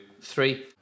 three